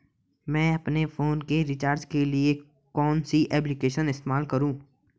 मैं अपने फोन के रिचार्ज के लिए कौन सी एप्लिकेशन इस्तेमाल करूँ?